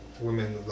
women